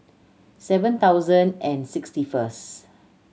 seven thousand and sixty first